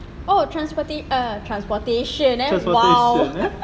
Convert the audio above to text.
oh transporta~ eh transportation eh !wow!